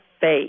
faith